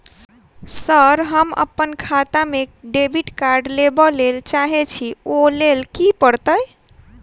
Sir हम अप्पन खाता मे डेबिट कार्ड लेबलेल चाहे छी ओई लेल की परतै?